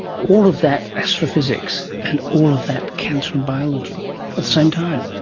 all of that astrophysics and all of that cancer and biology at the same time?